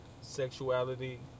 sexuality